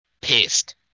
pissed